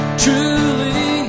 truly